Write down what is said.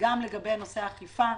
גם לגבי נושא האכיפה.